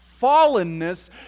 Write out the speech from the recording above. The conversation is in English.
fallenness